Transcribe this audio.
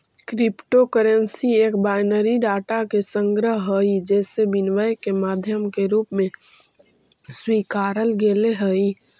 crypto currency एक binary data के संग्रह हइ जेसे विनिमय के माध्यम के रूप में स्वीकारल गेले हइ